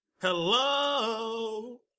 Hello